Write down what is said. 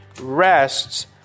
rests